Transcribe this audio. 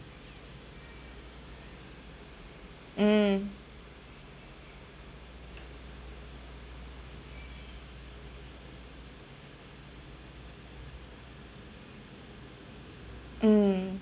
mm mm